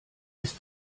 ist